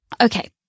Okay